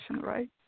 right